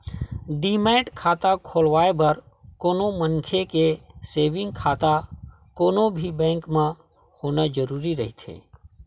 demat खाता खोलवाय बर कोनो मनखे के सेंविग खाता कोनो भी बेंक म होना जरुरी रहिथे